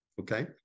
Okay